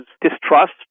distrust